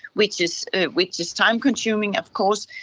which is which is time-consuming of course.